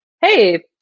hey